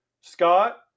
Scott